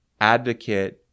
advocate